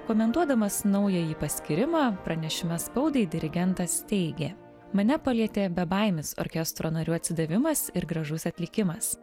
komentuodamas naująjį paskyrimą pranešime spaudai dirigentas teigė mane palietė bebaimis orkestro narių atsidavimas ir gražus atlikimas